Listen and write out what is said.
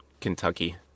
Kentucky